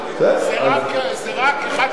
זה רק אחד שעושה,